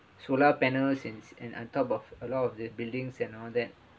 solar panels is in on top of a lot of the buildings and all that